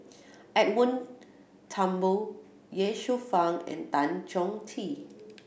Edwin Thumboo Ye Shufang and Tan Chong Tee